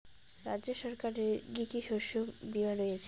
রাজ্য সরকারের কি কি শস্য বিমা রয়েছে?